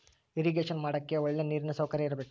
irrigation ಮಾಡಕ್ಕೆ ಒಳ್ಳೆ ನೀರಿನ ಸೌಕರ್ಯ ಇರಬೇಕು